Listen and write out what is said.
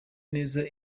neza